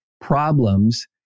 problems